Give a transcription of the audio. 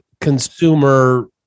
consumer